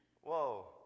whoa